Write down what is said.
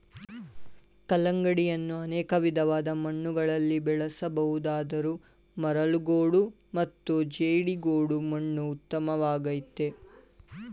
ಕಲ್ಲಂಗಡಿಯನ್ನು ಅನೇಕ ವಿಧವಾದ ಮಣ್ಣುಗಳಲ್ಲಿ ಬೆಳೆಸ ಬಹುದಾದರೂ ಮರಳುಗೋಡು ಮತ್ತು ಜೇಡಿಗೋಡು ಮಣ್ಣು ಉತ್ತಮವಾಗಯ್ತೆ